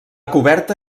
coberta